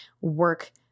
work